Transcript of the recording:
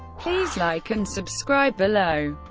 please like and subscribe below.